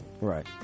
Right